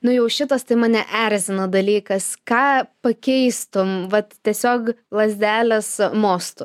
nu jau šitas tai mane erzina dalykas ką pakeistum vat tiesiog lazdelės mostu